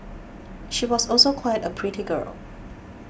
she was also quite a pretty girl